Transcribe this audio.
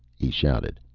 he shouted.